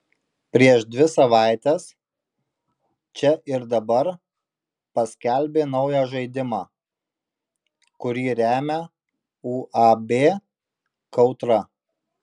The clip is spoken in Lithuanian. prieš dvi savaites čia ir dabar paskelbė naują žaidimą kurį remia uab kautra